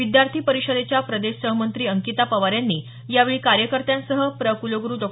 विद्यार्थी परिषदेच्या प्रदेश सहमंत्री अंकिता पवार यांनी यावेळी कार्यकर्त्यांसह प्र कुलगुरु डॉ